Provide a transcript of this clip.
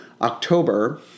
October